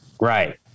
Right